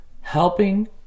helping